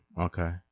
Okay